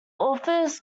authors